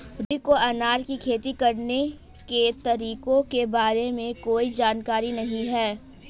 रुहि को अनार की खेती करने के तरीकों के बारे में कोई जानकारी नहीं है